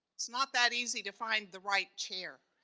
it's not that easy to find the right chair.